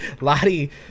Lottie